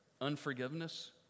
unforgiveness